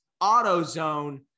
AutoZone